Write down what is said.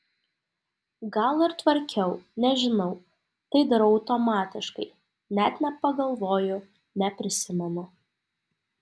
gal ir tvarkiau nežinau tai darau automatiškai net nepagalvoju neprisimenu